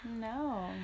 No